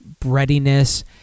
breadiness